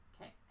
Okay